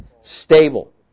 stable